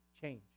change